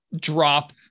drop –